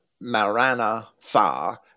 Maranatha